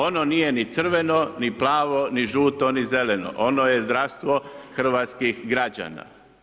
Ono nije ni crveno ni plavo ni žuto ni zeleno, ono je zdravstvo hrvatskih građana.